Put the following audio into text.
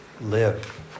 live